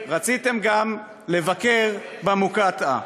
רציתם גם לבקר במוקטעה.